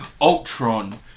Ultron